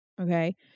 Okay